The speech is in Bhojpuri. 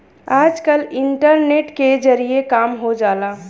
आजकल इन्टरनेट के जरिए काम हो जाला